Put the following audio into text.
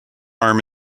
arm